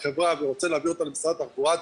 החברה ורוצה להעביר אותה למשרד התחבורה,